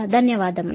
ధన్యవాదాలు